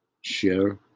Share